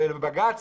לבג"ץ